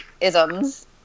isms